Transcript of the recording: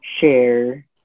share